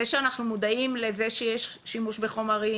זה שאנחנו מודעים לזה שיש שימוש בחומרים